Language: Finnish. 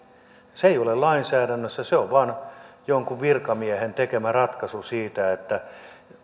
se ei ole lainsäädännössä se on vain jonkun virkamiehen tekemä ratkaisu siitä että